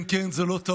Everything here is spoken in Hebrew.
כן, כן, זו לא טעות.